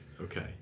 okay